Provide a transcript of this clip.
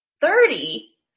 Thirty